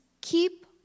Keep